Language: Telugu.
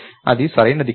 అది సరైనది కాదు